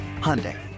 Hyundai